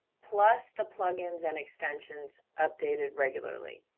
plus the plugins and extensions, updated regularly.